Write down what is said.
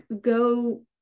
go